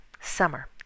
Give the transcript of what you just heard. Summer